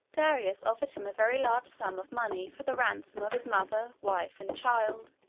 darius offered him a very large sum of money for the ransom of his mother, wife, and child,